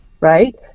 right